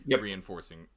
reinforcing